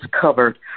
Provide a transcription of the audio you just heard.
covered